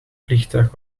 vliegtuig